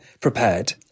prepared